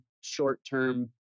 short-term